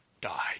died